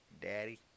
Daddy